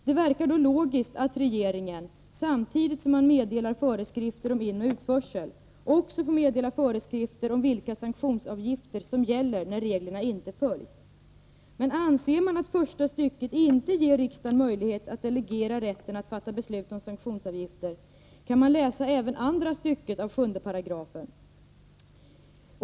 Det verkar då logiskt att regeringen, samtidigt som man meddelar föreskrifter om inoch utförsel, också får meddela föreskrifter om vilka sanktionsavgifter som gäller när reglerna inte följs. Men anser man att första stycket inte ger riksdagen möjlighet att delegera rätten att fatta beslut om sanktionsavgifter kan man läsa även andra stycket av 7 §.